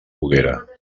poguera